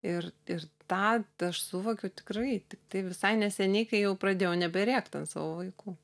ir ir tą aš suvokiau tikrai tiktai visai neseniai kai jau pradėjau neberėkt ant savo vaikų